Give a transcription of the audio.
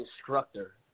instructor